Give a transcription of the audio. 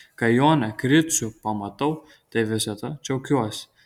kai joną gricių pamatau tai visada džiaugiuosi